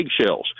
Eggshells